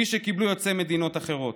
כפי שקיבלו יוצאי מדינות אחרות.